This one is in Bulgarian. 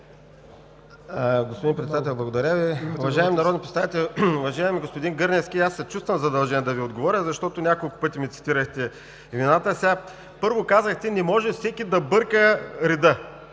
Господин Председател, благодаря Ви. Уважаеми народни представители! Уважаеми господин Гърневски, аз се чувствам задължен да Ви отговоря, защото няколко пъти ми цитирахте имената. Първо, казахте, че не може всеки да бърка реда.